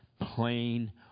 plain